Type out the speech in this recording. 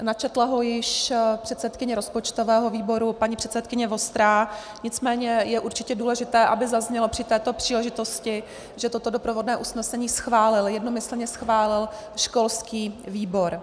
Načetla ho již předsedkyně rozpočtového výboru paní předsedkyně Vostrá, nicméně je určitě důležité, aby zaznělo při této příležitosti, že toto doprovodné usnesení jednomyslně schválil školský výbor.